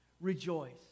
rejoice